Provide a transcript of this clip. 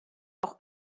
auch